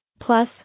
Plus